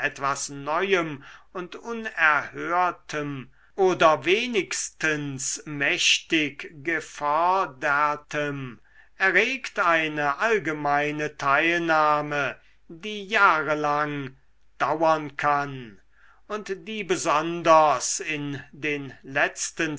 etwas neuem und unerhörtem oder wenigstens mächtig gefördertem erregt eine allgemeine teilnahme die jahrelang dauern kann und die besonders in den letzten